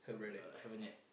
uh haven't yet